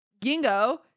Gingo